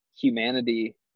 humanity